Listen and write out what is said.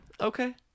Okay